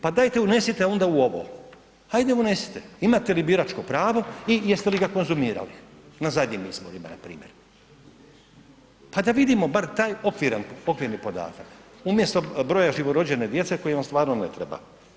Pa dajte unesite onda u ovo, hajde unesite, imate li bračko pravo i jeste li ga konzumirali na zadnjim izborima npr. Pa da vidimo bar taj okvirni podatak, umjesto broja živorođene djece koji vam stvarno ne treba.